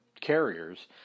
Carriers